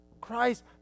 Christ